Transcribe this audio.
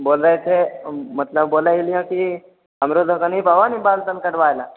बोलै छै मतलब बोलै हलिऐ कि हमरो दोकान पर आबा न बाल ताल कटबाए ला